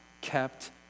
kept